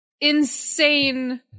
insane